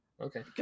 Okay